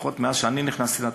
לפחות מאז שנכנסתי לתפקיד,